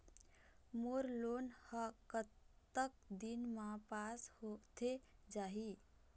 मोर loan हा कतक दिन मा पास होथे जाही?